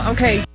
Okay